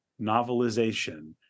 novelization